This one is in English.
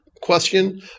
question